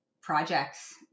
projects